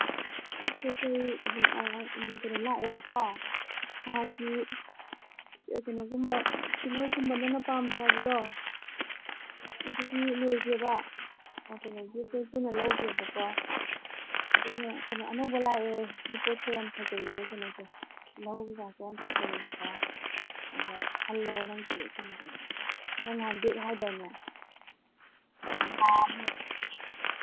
ꯄꯣꯠ ꯆꯩ ꯑꯗꯨꯝ ꯀꯩꯅꯣ ꯂꯥꯛꯑꯦꯕꯀꯣ ꯅꯍꯥꯟꯒꯤ ꯀꯩꯅꯣꯒꯨꯝꯕ ꯇꯤꯜꯍꯧꯒꯨꯝꯕ ꯅꯪꯅ ꯄꯥꯝꯗꯦ ꯍꯥꯏꯕꯗꯣ ꯑꯗꯨꯗꯤ ꯂꯣꯏꯒ꯭ꯔꯦꯕ ꯀꯩꯅꯣꯒꯤ ꯄꯨꯟꯅ ꯂꯧꯒ꯭ꯔꯦꯕꯀꯣ ꯑꯗꯨꯅ ꯀꯩꯅꯣ ꯑꯅꯧꯕ ꯂꯥꯛꯑꯦ ꯁꯤꯗꯤ ꯄꯣꯠꯁꯨ ꯌꯥꯝ ꯐꯖꯩꯌꯦ ꯀꯩꯅꯣꯁꯦ ꯇꯤꯜꯍꯧ ꯀꯩꯀꯥꯁꯦ ꯌꯥꯝ ꯐꯖꯩꯌꯦꯀꯣ ꯑꯗꯣ ꯈꯜꯂꯣ ꯅꯪꯁꯨ ꯀꯩꯅꯣꯗꯣ ꯅꯪ ꯅꯍꯥꯟ ꯕꯦꯛ ꯍꯥꯏꯗꯥꯏꯅꯦ ꯅꯍꯥꯃꯨꯛ